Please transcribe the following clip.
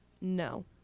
No